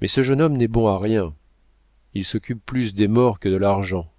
mais ce jeune homme n'est bon à rien il s'occupe plus des morts que de l'argent